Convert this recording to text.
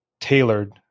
tailored